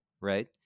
right